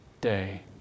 day